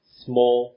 small